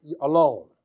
alone